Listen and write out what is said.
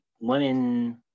women